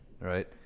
right